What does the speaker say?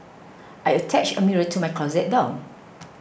I attached a mirror to my closet door